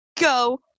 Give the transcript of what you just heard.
go